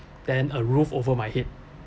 then a roof over my head